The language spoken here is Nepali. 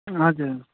हजुर